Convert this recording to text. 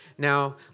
Now